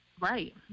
Right